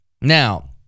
Now